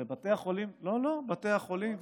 בתי החולים, את